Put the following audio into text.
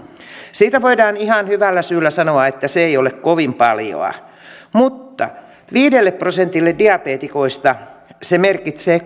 siitä voidaan ihan hyvällä syyllä sanoa että se ei ole kovin paljoa mutta viidelle prosentille diabeetikoista se merkitsee